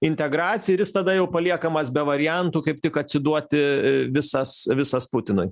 integraciją ir jis tada jau paliekamas be variantų kaip tik atsiduoti visas visas putinui